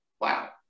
wow